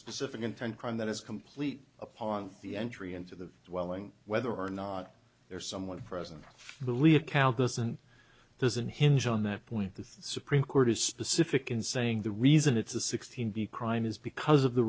specific intent crime that is complete upon the entry into the swelling whether or not there is someone present the lead count doesn't doesn't hinge on that point the supreme court is specific in saying the reason it's a sixteen b crime is because of the